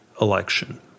election